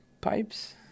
pipes